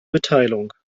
mitteilung